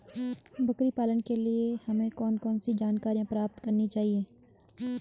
बकरी पालन के लिए हमें कौन कौन सी जानकारियां प्राप्त करनी चाहिए?